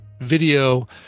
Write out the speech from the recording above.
video